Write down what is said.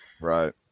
Right